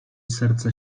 serce